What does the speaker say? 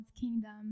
kingdom